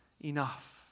enough